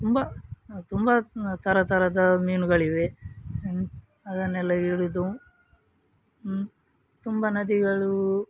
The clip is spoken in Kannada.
ತುಂಬ ತುಂಬ ಥರ ಥರದ ಮೀನುಗಳಿವೆ ಅದನ್ನೆಲ್ಲ ಹಿಡಿದು ತುಂಬ ನದಿಗಳು